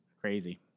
Crazy